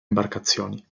imbarcazioni